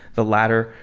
the latter,